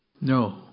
No